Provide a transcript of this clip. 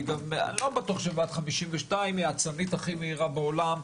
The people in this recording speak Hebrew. אני לא בטוח שהיא בת 52. היא אצנית הכי מהירה בעולם,